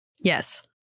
Yes